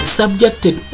subjected